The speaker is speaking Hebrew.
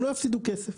הם לא יפסידו כסף.